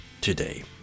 today